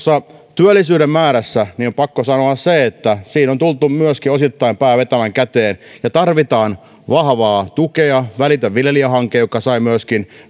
työllisyyden määrästä on pakko sanoa se että myöskin siinä on tullut osittain pää vetävän käteen ja tarvitaan vahvaa tukea välitä viljelijästä hanke joka sai myöskin